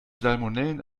salmonellen